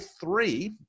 three